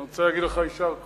אני רוצה להגיד לך: יישר כוח.